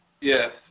Yes